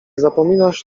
zapominasz